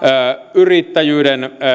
yrittäjyyden